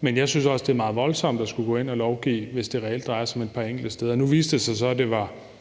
men jeg synes også, det er meget voldsomt at skulle gå ind og lovgive, hvis det reelt drejer sig om et par enkelte steder. Nu viste det sig så, at det var